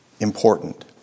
important